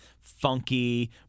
funky